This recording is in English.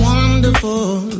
Wonderful